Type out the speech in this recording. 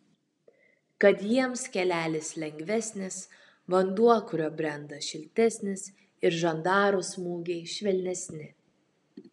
kad jiems kelelis lengvesnis vanduo kuriuo brenda šiltesnis ir žandarų smūgiai švelnesni